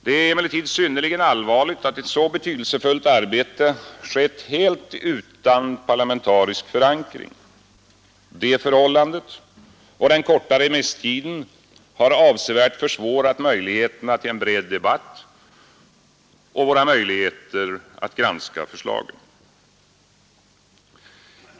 Det är emellertid synnerligen allvarligt att ett så betydelsefullt arbete skett helt utan parlamentarisk förankring. Detta förhållande och den korta remisstiden har avsevärt försvårat möjligheterna till en bred debatt och våra möjligheter att granska förslagen.